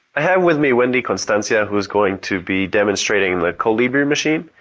i have with me wendy constanza who is going to be demonstrating the colibri machine.